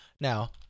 Now